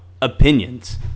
opinions